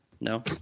No